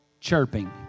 Chirping